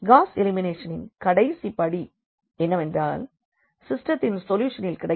cos எலிமினேஷனின் கடைசி படி என்னவென்றால் சிஸ்டெத்தின் சொல்யூஷன் கிடைக்கும்